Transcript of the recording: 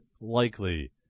likely